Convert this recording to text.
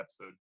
episode